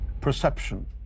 perception